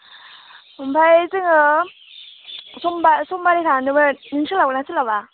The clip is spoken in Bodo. ओमफ्राय जोङो समबारै सान्दोंमोन नों सोलाबगोनना सोलाबा